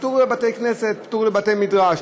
פטור לבתי-כנסת, פטור לבתי-מדרש.